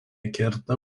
kerta